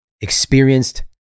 experienced